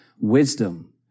wisdom